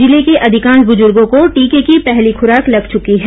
जिले के अधिकांश बुजुर्गो को टीके की पहली खुराक लग चुकी है